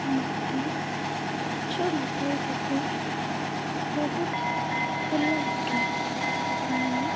ମୋତେ ଗଛ ଲଗାଇବାକୁ ବହୁତ ଭଲ ଲାଗେ ମୁଁ